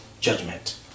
judgment